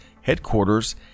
headquarters